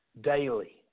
daily